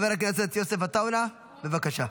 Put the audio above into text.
יוסף עטאונה, בבקשה.